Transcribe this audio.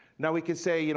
now we can say, you know